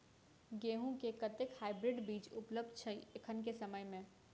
गेंहूँ केँ कतेक हाइब्रिड बीज उपलब्ध छै एखन केँ समय मे?